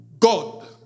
God